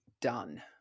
done